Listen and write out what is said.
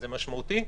זה משמעותי,